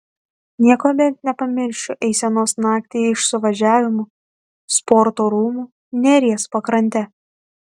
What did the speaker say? niekuomet nepamiršiu eisenos naktį iš suvažiavimo sporto rūmų neries pakrante